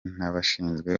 n’abashinzwe